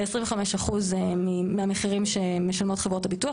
ב-25% מהמחירים שמשלמות חברות הביטוח,